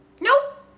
Nope